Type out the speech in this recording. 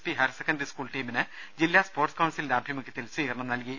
P higher secondary school ടീമിന് ജില്ലാ sports കൌൺസി ലിന്റെ ആഭിമുഖ്യത്തിൽ സ്വീകരണം നൽകി